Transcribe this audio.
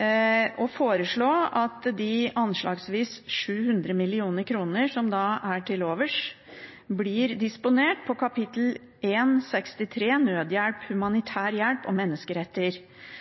å foreslå at de anslagsvis 700 mill. kr som er til overs, blir disponert på kap. 163, Naudhjelp, humanitær hjelp og